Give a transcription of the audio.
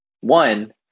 One